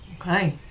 Okay